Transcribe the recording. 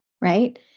right